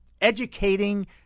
educating